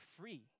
free